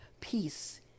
peace